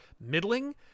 middling